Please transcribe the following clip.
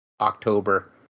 October